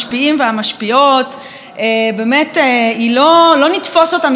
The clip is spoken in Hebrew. באמת לא נתפוס אותה מתבטאת בביטוי D9,